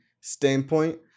standpoint